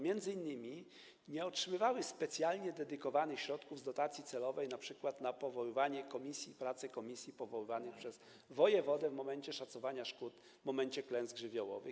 Między innymi nie otrzymywały specjalnie dedykowanych środków z dotacji celowej, np. na powoływanie komisji i pracę komisji powoływanej przez wojewodę w momencie szacowania szkód powstałych w wyniku klęsk żywiołowych.